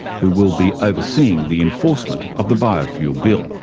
who will be overseeing the enforcement of the biofuel bill.